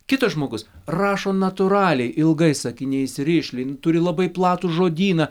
kitas žmogus rašo natūraliai ilgais sakiniais rišliai nu turi labai platų žodyną